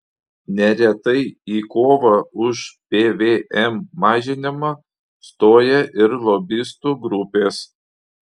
neretai į kovą už pvm mažinimą stoja ir lobistų grupės